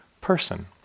person